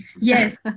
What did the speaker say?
Yes